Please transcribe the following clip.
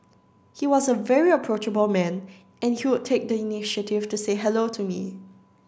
he was a very approachable man and he would take the initiative to say hello to me